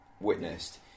witnessed